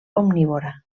omnívora